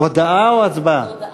הודעה או הצבעה?